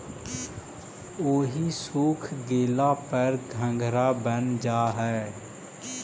ओहि सूख गेला पर घंघरा बन जा हई